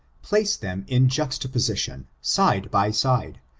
place them in juxtaposition, side by side,